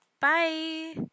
bye